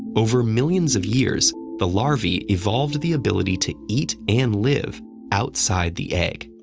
over millions of years, the larvae evolved the ability to eat and live outside the egg.